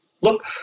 Look